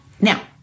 Now